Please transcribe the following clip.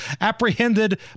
apprehended